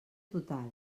total